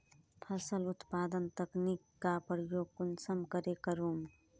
फसल उत्पादन तकनीक का प्रयोग कुंसम करे करूम?